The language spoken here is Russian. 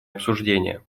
обсуждение